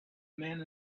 men